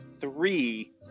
three